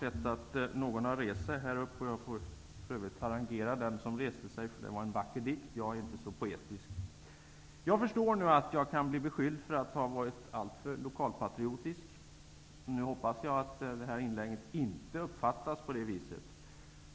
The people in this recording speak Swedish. Jag får harangera Elvy Söderström, som läste en dikt. Det var en vacker dikt. Jag är inte så poetisk. Jag förstår nu att jag kan bli beskylld för att ha varit alltför lokalpatriotisk. Nu hoppas jag att det här inlägget inte uppfattas på det viset.